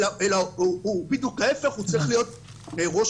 אלא הוא בדיוק הוא ההיפך בהוא צריך להיות ראש